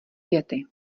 věty